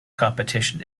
competition